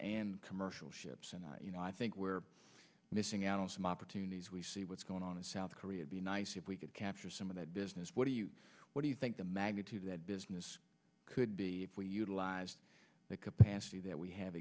and commercial ships and you know i think we're missing out on some opportunities we see what's going on in south korea be nice if we could capture some of that business what do you what do you think the magnitude of that business could be utilized that capacity that we have